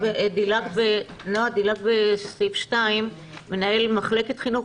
דילגת בסעיף (2) על מנהל מחלקת חינוך.